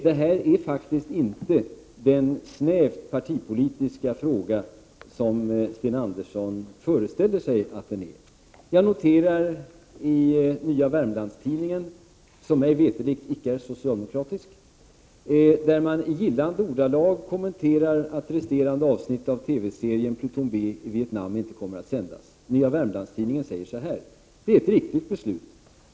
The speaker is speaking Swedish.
Det här är faktiskt inte den snävt partipolitiska fråga som Sten Andersson föreställer sig. Jag noterar att Nya Wermlands-Tidningen, som mig veterligt inte är socialdemokratisk, i 67 gillande ordalag kommenterar att de resterande avsnitten av TV-serien ”Pluton B i Vietnam” inte kommer att sändas. Nya Wermlands-Tidningen skriver så här: ”Det är ett riktigt beslut.